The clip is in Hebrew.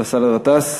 של חבר הכנסת באסל גטאס.